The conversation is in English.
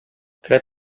could